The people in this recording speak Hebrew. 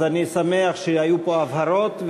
אז אני שמח שהיו פה הבהרות,